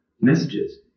messages